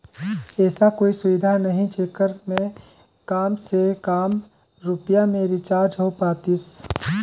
ऐसा कोई सुविधा नहीं जेकर मे काम से काम रुपिया मे रिचार्ज हो पातीस?